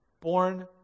born